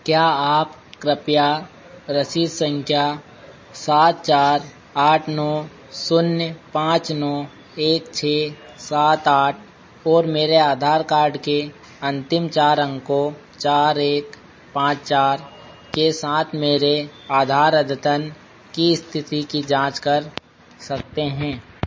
क्या आप कृपया रसीद सँख्या सात चार आठ नौ शून्य पाँच नौ एक छह सात आठ और मेरे आधार कार्ड के अन्तिम चार अंको चार एक पाँच चार के साथ मेरे आधार अद्यतन की इस्थिति की जाँच कर सकते हैं